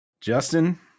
Justin